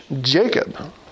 Jacob